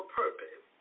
purpose